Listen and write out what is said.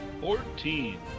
Fourteen